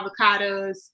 avocados